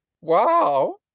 Wow